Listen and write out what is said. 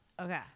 Okay